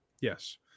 Yes